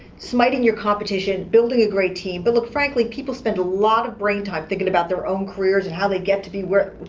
smiting your competition, building a great team, but look frankly, people spend a lot of brain time thinking about their own careers and how they get to be where